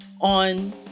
on